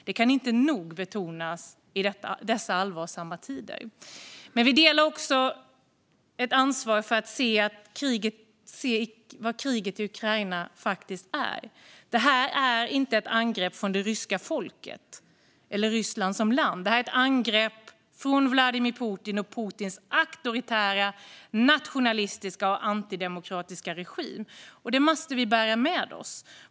Det kan inte nog betonas i dessa allvarsamma tider. Men vi delar också ett ansvar för att se vad kriget i Ukraina faktiskt är. Det här är inte ett angrepp från det ryska folket eller Ryssland som land. Det här är ett angrepp från Vladimir Putin och Putins auktoritära, nationalistiska och antidemokratiska regim. Det måste vi bära med oss.